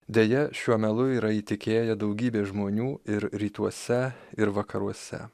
deja šiuo melu yra įtikėję daugybė žmonių ir rytuose ir vakaruose